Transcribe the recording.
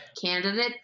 candidate